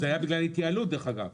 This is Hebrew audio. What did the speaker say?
זה היה בגלל התייעלות, דרך אגב.